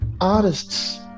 Artists